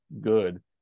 good